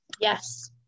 Yes